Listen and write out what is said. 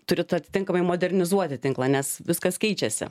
turit atitinkamai modernizuoti tinklą nes viskas keičiasi